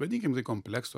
vadinkim tai kompleksu